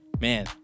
man